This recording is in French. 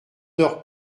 d’heure